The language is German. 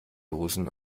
hosen